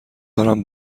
دارند